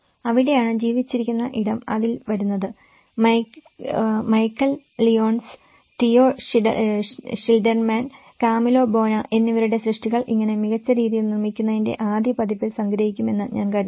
അവിടെയാണ് ജീവിച്ചിരിക്കുന്ന ഇടം അതിൽ വരുന്നത് Michael Lyons Theo Schilderman Camillo Boana Camillo Boana's എന്നിവരുടെ സൃഷ്ടികൾ എങ്ങനെ മികച്ച രീതിയിൽ നിർമ്മിക്കുന്നതിന്റെ ആദ്യ പതിപ്പിൽ സംഗ്രഹിക്കുമെന്ന് ഞാൻ കരുതുന്നു